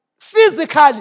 Physically